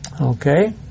Okay